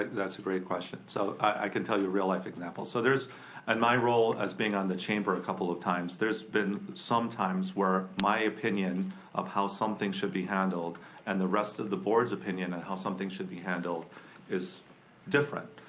that's a great question. so i can tell you real life examples. so in and my role as being on the chamber a couple of times, there's been some times where my opinion of how something should be handled and the rest of the board's opinion on and how something should be handled is different.